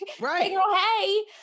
Right